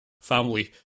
family